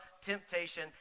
temptation